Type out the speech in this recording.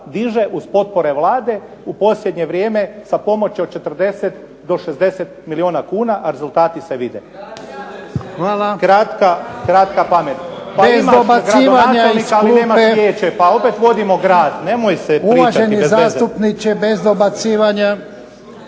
diže uz potpore Vlade u posljednje vrijeme sa pomoći od 40 do 60 milijuna kuna, a rezultati se vide. **Jarnjak, Ivan (HDZ)** Zahvaljujem. Bez dobacivanja iz klupe. Uvaženi zastupniče bez dobacivanja.